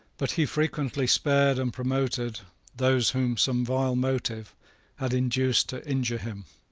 but he frequently spared and promoted those whom some vile motive had induced to injure him.